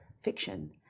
fiction